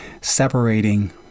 separating